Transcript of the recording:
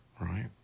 right